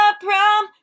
prom